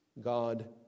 God